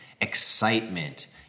excitement